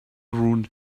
ruined